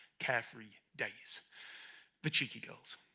carefree days the cheeky girls